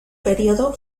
periodo